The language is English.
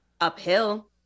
uphill